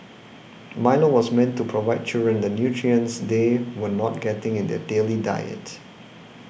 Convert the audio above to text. milo was meant to provide children the nutrients they were not getting in their daily diet